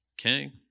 okay